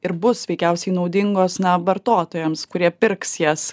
ir bus veikiausiai naudingos na vartotojams kurie pirks jas